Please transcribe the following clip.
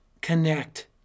connect